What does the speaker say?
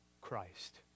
Christ